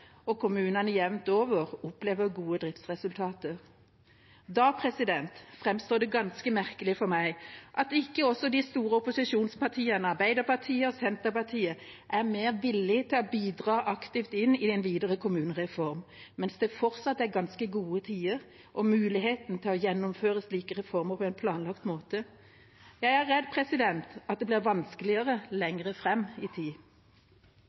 og kommunene jevnt over opplever gode driftsresultater. Da framstår det ganske merkelig for meg at ikke også de store opposisjonspartiene Arbeiderpartiet og Senterpartiet er mer villig til å bidra aktivt inn i den videre kommunereformen mens det fortsatt er ganske gode tider og mulighet til å gjennomføre slike reformer på en planlagt måte. Jeg er redd det blir vanskeligere lenger fram i tid.